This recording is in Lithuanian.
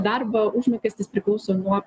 darbo užmokestis priklauso nuo